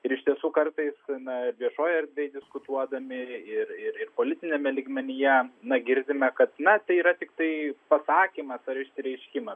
ir iš tiesų kartais na viešoj erdvėj diskutuodami ir ir ir politiniame lygmenyje na girdime kad na tai yra tiktai pasakymas ar išsireiškimas